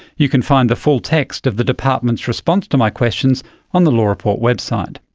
you can find the full text of the department's response to my questions on the law report website.